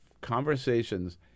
conversations